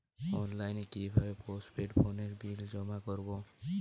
অনলাইনে কি ভাবে পোস্টপেড ফোনের বিল জমা করব?